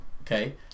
Okay